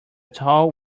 tall